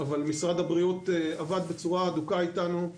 אבל משרד הבריאות עבד בצורה הדוקה איתנו,